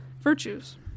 virtues